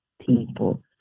people